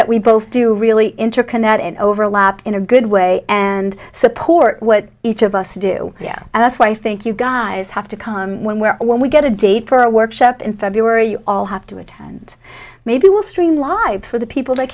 that we both do really interconnect and overlap in a good way and support what each of us do yeah that's why i think you guys have to come when we're when we get a date for a workshop in february you all have to attend maybe will stream live for the people that